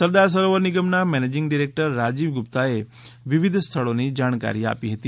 સરદાર સરોવર નિગમના managing director Rajiv ગુપ્તાએ વિવિધ સ્થળોની જાણકારી આપી હતી